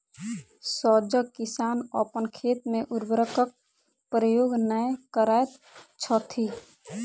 सजग किसान अपन खेत मे उर्वरकक प्रयोग नै करैत छथि